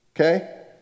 okay